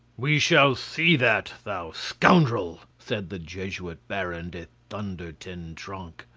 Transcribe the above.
we shall see that, thou scoundrel! said the jesuit baron de thunder-ten-tronckh,